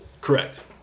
Correct